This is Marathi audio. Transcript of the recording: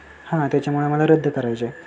हां ना त्याच्यामुळे आम्हाला रद्द करायची आहे